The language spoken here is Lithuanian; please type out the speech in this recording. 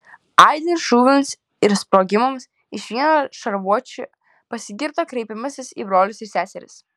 aidint šūviams ir sprogimams iš vieno šarvuočio pasigirdo kreipimasis į brolius ir seseris